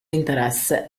interesse